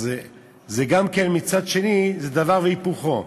אז זה גם כן, מצד שני, דבר והיפוכו.